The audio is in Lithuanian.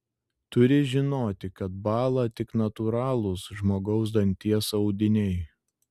turi žinoti kad bąla tik natūralūs žmogaus danties audiniai